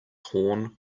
horn